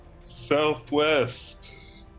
Southwest